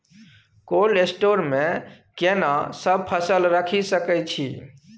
Cold store मे केना सब फसल रखि सकय छी?